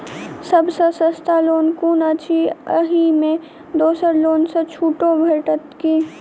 सब सँ सस्ता लोन कुन अछि अहि मे दोसर लोन सँ छुटो भेटत की?